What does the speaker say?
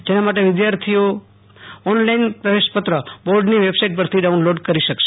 જેના માટે પરીક્ષાર્થીઓ ઓનલાઈન પ્રવેશપત્ર બોર્ડની વેબસાઈટ પરથી ડાઉનલોડ કરી શકાશે